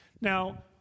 Now